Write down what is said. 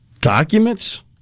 documents